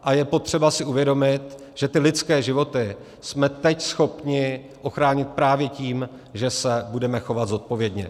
A je potřeba si uvědomit, že ty lidské životy jsme teď schopni ochránit právě tím, že se budeme chovat zodpovědně.